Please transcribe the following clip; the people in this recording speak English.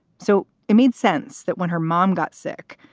so it made sense that when her mom got sick,